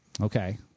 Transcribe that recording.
Okay